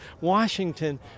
Washington